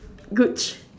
gooch